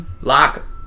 Lock